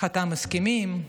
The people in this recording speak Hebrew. חתם הסכמים,